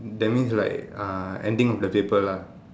that means like uh ending of the paper lah